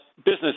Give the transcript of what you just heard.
Business